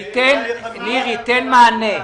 ניר, ייתן מענה.